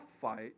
fight